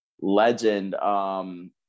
legend